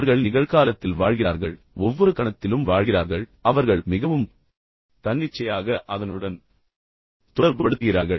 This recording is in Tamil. அவர்கள் நிகழ்காலத்தில் வாழ்கிறார்கள் ஒவ்வொரு கணத்திலும் வாழ்கிறார்கள் அவர்கள் மிகவும் தன்னிச்சையாக அதனுடன் தொடர்புபடுத்துகிறார்கள்